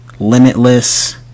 limitless